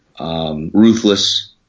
Ruthless